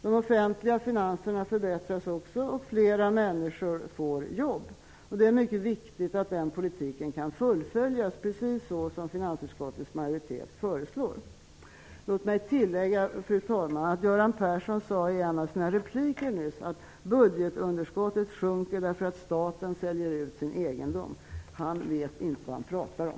De offentliga finanserna förbättras också och fler människor får jobb. Det är mycket viktigt att den politiken kan fullföljas, precis som finansutskottets majoritet föreslår. Låt mig tillägga, fru talman, att Göran Persson i en av sina repliker sade att budgetunderskottet sjunker därför att staten säljer ut sin egendom. Han vet inte vad han pratar om!